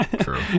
true